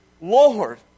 lord